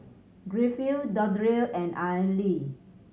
Griffith Dondre and Aili